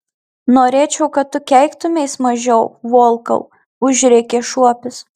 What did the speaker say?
norėčiau kad tu keiktumeis mažiau volkau užrėkė šuopis